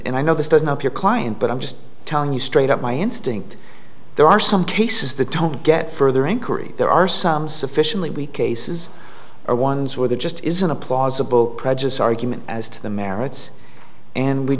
and i know this doesn't help your client but i'm just telling you straight up my instinct there are some cases the top get further inquiry there are some sufficiently weak cases are ones where there just isn't a plausible argument as to the merits and we